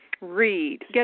read